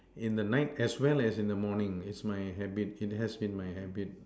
in the night as well as in the morning it's my habit it has been my habit